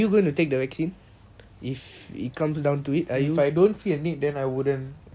if I don't see a need then I wouldn't no what's the point but then if my family like forced to take or they force me